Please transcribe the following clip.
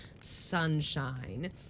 sunshine